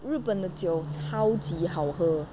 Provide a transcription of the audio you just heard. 日本的酒超级好喝